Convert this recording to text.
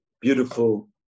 Beautiful